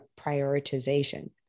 prioritization